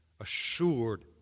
assured